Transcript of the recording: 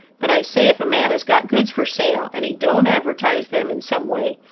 but i say if a man has got goods for sale, and he don't advertise them in some way,